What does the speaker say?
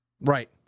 Right